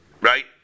Right